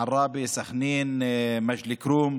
עראבה, סח'נין, מג'ד אל-כרום,